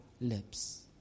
lips